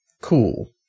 cool